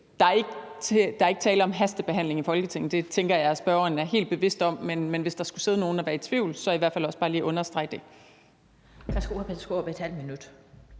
er der ikke tale om hastebehandling i Folketinget. Det tænker jeg at spørgeren er helt bevidst om, men hvis der skulle sidde nogen og være i tvivl, vil jeg i hvert fald også bare lige understrege det.